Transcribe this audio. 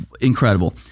Incredible